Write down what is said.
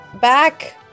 back